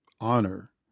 honor